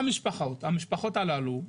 המשפחות הללו,